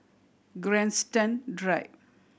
Grandstand Drive